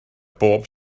bob